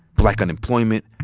black unemployment,